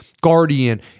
guardian